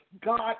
God